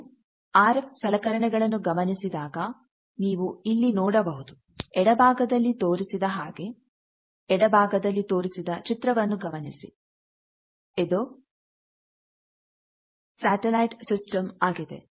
ನೀವು R F ಸಲಕರಣೆಗಳನ್ನು ಗಮನಿಸಿದಾಗ ನೀವು ಇಲ್ಲಿ ನೋಡಬಹುದು ಎಡಭಾಗದಲ್ಲಿ ತೋರಿಸಿದ ಹಾಗೆ ಎಡಭಾಗದಲ್ಲಿ ತೋರಿಸಿದ ಚಿತ್ರವನ್ನು ಗಮನಿಸಿ ಇದು ಸ್ಯಾಟಲೈಟ್ ಸಿಸ್ಟಮ್ ಆಗಿದೆ